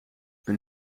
een